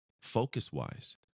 focus-wise